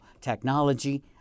Technology